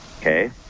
Okay